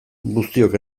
guztiok